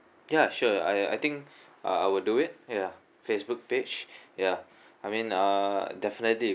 ya sure I I think I will do it ya Facebook page ya I mean uh definitely